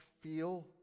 feel